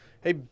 Hey